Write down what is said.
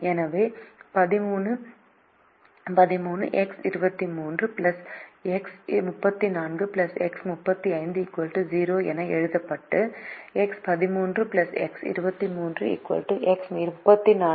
எனவே 1313 X23 X34 X35 0 என எழுதப்பட்ட X13 X23 X34 X35